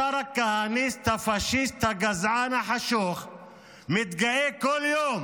השר הכהניסט, הפשיסט, הגזען החשוך מתגאה כל יום